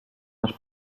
masz